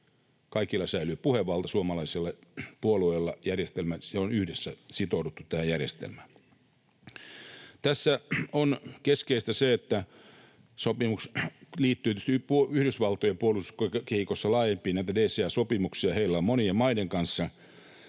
kaikilla säilyi puhevalta, suomalaiset puolueet ovat yhdessä sitoutuneet tähän järjestelmään. Tässä on keskeistä se, että sopimus liittyy tietysti Yhdysvaltojen puolustuskehikkoon laajemmin, ja näitä DCA-sopimuksia heillä on monien maiden kanssa.